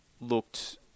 looked